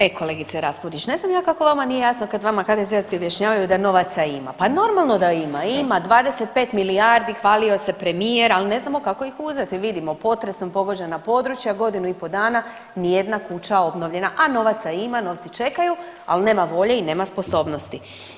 E kolegice Raspudić, ne znam ja kako vama nije jasno kad vama HDZ-ovci objašnjavaju da novaca ima, pa normalno da ima, ima 25 milijardi hvalio se premijer, al ne znamo kako ih uzeti, vidimo potresom pogođena područja godinu i po dana nijedna kuća obnovljena, a novaca ima, novci čekaju, al nema volje i nema sposobnosti.